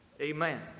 amen